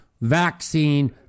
vaccine